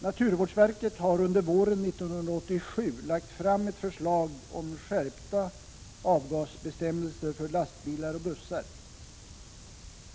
Naturvårdsverket lade våren 1987 fram ett förslag om skärpta avgasbestämmelser för lastbilar och bussar.